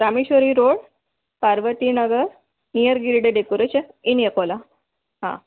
Rameshwari road Parvatinagar near गिरिडे decoration in Akola हां